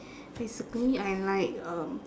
basically I like um